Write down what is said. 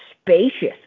spacious